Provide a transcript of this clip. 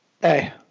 Hey